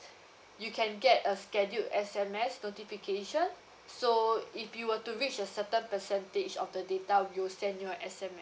you can get a scheduled S_M_S notification so if you were to reach a certain percentage of the data we will send you a S_M_S